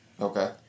Okay